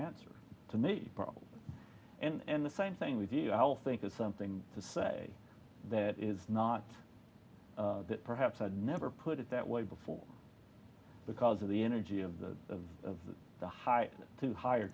answer to me and the same thing with you i'll think of something to say that is not that perhaps i'd never put it that way before because of the energy of the of the high to hi